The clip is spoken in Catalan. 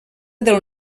del